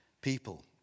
people